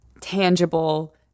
tangible